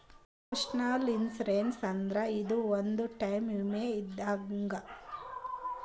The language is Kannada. ನ್ಯಾಷನಲ್ ಇನ್ಶುರೆನ್ಸ್ ಅಂದ್ರ ಇದು ಒಂದ್ ಟೈಪ್ ವಿಮೆ ಇದ್ದಂಗ್